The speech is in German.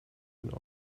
den